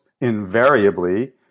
invariably